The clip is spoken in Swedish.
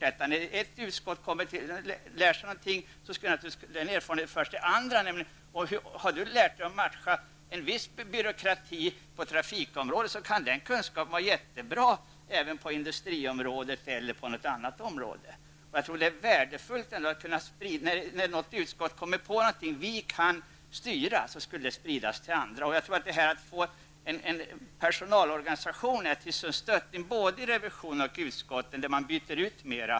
När man i ett utskott har lärt sig något nytt skall naturligtvis den här nya erfarenheten föras vidare till andra personer. Det kan hända att någon har lärt sig t.ex. att matcha en viss byråkrati på trafikområdet. Men den kunskapen kan passa mycket bra på exempelvis industriområdet. När man i ett utskott kommer på någonting speciellt i fråga om styrning t.ex. är det viktigt att den erfarenheten sprids till andra. Jag tror att det är värdefullt att ha en bra personalorganisation. Det gäller både revisionen och utskotten. Det behövs fler utbyten.